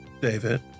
David